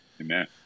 Amen